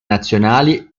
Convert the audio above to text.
nazionali